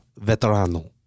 Veterano